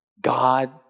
God